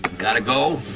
gotta go.